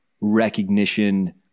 recognition